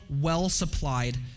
well-supplied